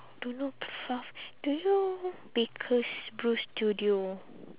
don't know the fuck do you know Baker's Brew Studio